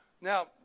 Now